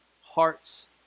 Hearts